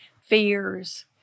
fears